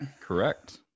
Correct